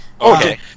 Okay